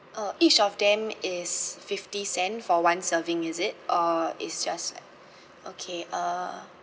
uh each of them is fifty cent for one serving is it or is just okay uh